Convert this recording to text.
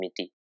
committee